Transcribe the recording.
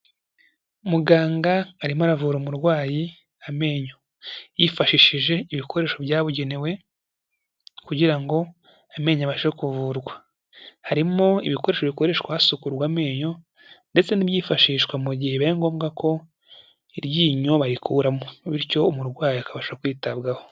Muganga arimo aravura umurwayi amenyo yifashishije ibikoresho byabugenewe kugira ngo amenyo abashe kuvurwa, harimo ibikoresho bikoreshwa hasukurwa amenyo ndetse n'ibyifashishwa mu gihe bibaye ngombwa ko iryinyo barikuramo bityo umurwayi akabasha kwitabwaho.